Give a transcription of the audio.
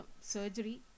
surgery